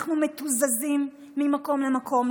אנחנו מתוזזים ממקום למקום.